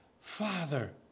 father